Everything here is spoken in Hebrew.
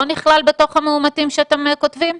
לא נכלל בתוך המאומתים שאתם כותבים?